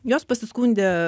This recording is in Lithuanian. jos pasiskundė